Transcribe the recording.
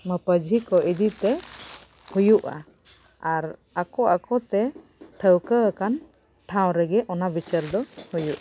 ᱢᱟᱯᱟᱡᱷᱤ ᱠᱚ ᱤᱫᱤ ᱠᱟᱛᱮᱫ ᱦᱩᱭᱩᱜᱼᱟ ᱟᱨ ᱟᱠᱚ ᱟᱠᱚᱛᱮ ᱴᱷᱟᱹᱣᱠᱟᱹ ᱟᱠᱟᱱ ᱴᱷᱟᱶ ᱨᱮᱜᱮ ᱚᱱᱟ ᱵᱤᱪᱟᱹᱨ ᱫᱚ ᱦᱩᱭᱩᱜᱼᱟ